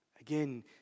Again